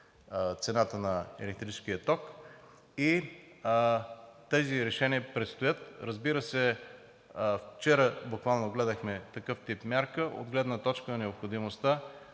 цената на електрическия ток. Тези решения предстоят. Разбира се, вчера буквално гледахме такъв тип мярка от гледна тока на необходимостта